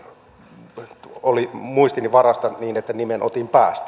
nimi oli muistini varassa niin että nimen otin päästä